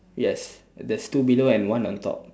yes there's two below and one on top